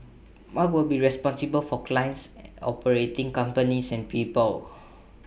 mark will be responsible for clients operating companies and people